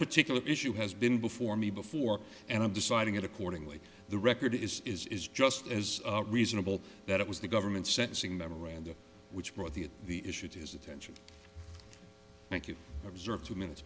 particular issue has been before me before and i'm deciding it accordingly the record is is is just as reasonable that it was the government's sentencing memorandum which brought the the issue to his attention thank you observed two minutes